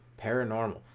Paranormal